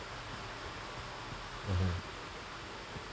mmhmm